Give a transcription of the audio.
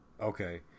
okay